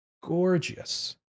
gorgeous